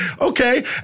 Okay